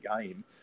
game